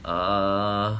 err